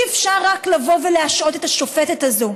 אי-אפשר רק לבוא ולהשעות את השופטת הזו,